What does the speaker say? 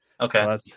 Okay